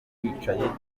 wicaye